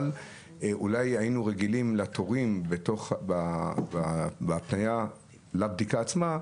אולי היינו רגילים לתורים בהפניה לבדיקה עצמה,